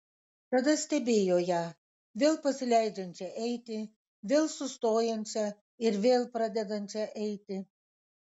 tada stebėjo ją vėl pasileidžiančią eiti vėl sustojančią ir vėl pradedančią eiti